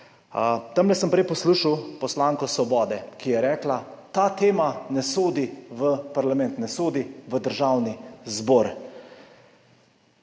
Prej sem poslušal poslanko Svobode, ki je rekla, da ta tema ne sodi v parlament, ne sodi v Državni zbor,